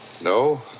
No